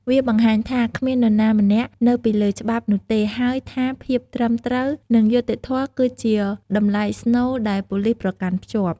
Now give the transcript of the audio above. វាបង្ហាញថា គ្មាននរណាម្នាក់នៅពីលើច្បាប់នោះទេ ហើយថាភាពត្រឹមត្រូវ និងយុត្តិធម៌ គឺជាតម្លៃស្នូលដែលប៉ូលិសប្រកាន់ភ្ជាប់។